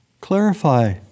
clarify